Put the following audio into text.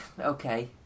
okay